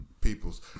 Peoples